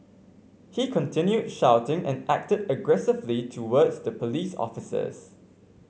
he continued shouting and acted aggressively towards the police officers